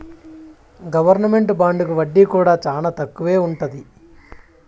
government బాండుకి వడ్డీ కూడా చానా తక్కువే ఉంటది